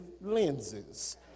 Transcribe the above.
lenses